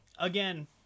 again